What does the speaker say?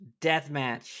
deathmatch